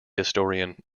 historian